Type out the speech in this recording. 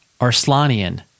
Arslanian